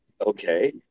okay